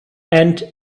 and